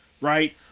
Right